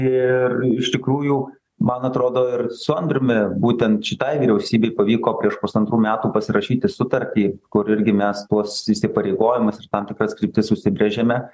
ir iš tikrųjų man atrodo ir su andriumi būtent šitai vyriausybei pavyko prieš pusantrų metų pasirašyti sutartį kur irgi mes tuos įsipareigojimus ir tam tikras kryptis užsibrėžėme